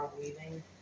Weaving